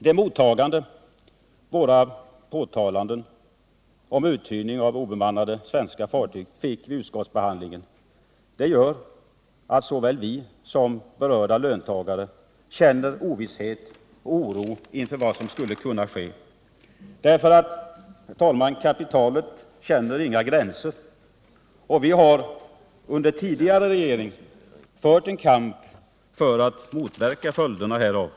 Det mottagande våra påtalanden om uthyrning av obemannade svenska fartyg fick vid utskottsbehandlingen gör att såväl vi som berörda löntagare känner ovisshet och oro inför vad som skulle kunna ske. Kapitalet känner inga gränser, herr talman. Vi har under den tidigare regeringen fört en kamp för att motverka följderna härav.